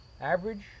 Average